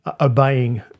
obeying